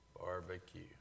Barbecue